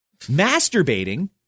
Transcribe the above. masturbating